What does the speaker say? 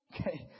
Okay